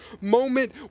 moment